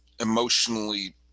emotionally